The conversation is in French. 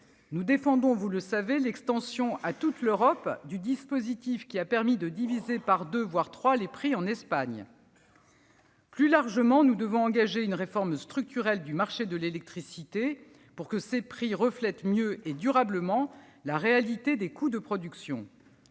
Nous défendons, vous le savez, l'extension à toute l'Europe du dispositif qui a permis de diviser par deux, voire trois, les prix en Espagne. Plus largement, nous devons engager une réforme structurelle du marché de l'électricité pour que ses prix reflètent mieux et durablement la réalité des coûts de production.